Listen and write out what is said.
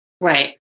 Right